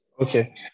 Okay